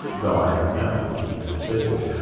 though i have now, after he said this.